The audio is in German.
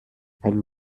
ein